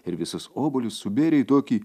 ir visus obuolius subėrė į tokį